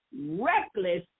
reckless